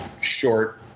short